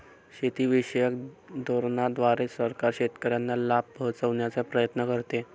शेतीविषयक धोरणांद्वारे सरकार शेतकऱ्यांना लाभ पोहचवण्याचा प्रयत्न करते